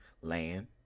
Land